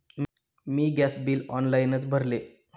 मी gas bill ऑनलाइनच भरले